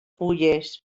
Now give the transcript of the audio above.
fulles